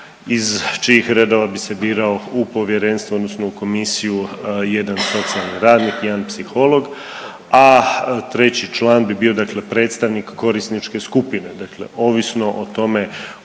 iz čijih redova bi se birao u povjerenstvo odnosno u komisiju jedan socijalni radnik, jedan psiholog, treći član bi bio dakle predstavnik korisničke skupine. Dakle, ovisno o tome